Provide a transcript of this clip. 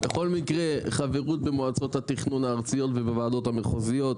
בכל מקרה חברות במועצות התכנון הארציות ובוועדות המחוזיות,